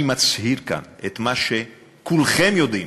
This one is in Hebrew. אני מצהיר כאן את מה שכולכם יודעים,